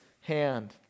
hand